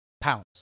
pounce